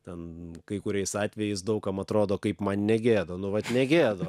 ten kai kuriais atvejais daug kam atrodo kaip man negėda nu vat negėda